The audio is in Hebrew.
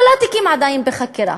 כל התיקים עדיין בחקירה.